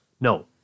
No